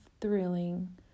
thrilling